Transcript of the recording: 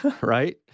right